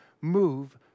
move